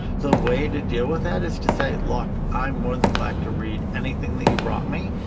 the way to deal with that is to say, look, i'm more than glad to read anything that you brought me,